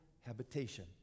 habitation